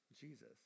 Jesus